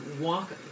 walk